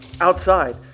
Outside